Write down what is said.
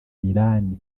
iran